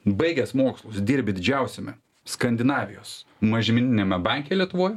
baigęs mokslus dirbi didžiausiame skandinavijos mažmeniniame banke lietuvoj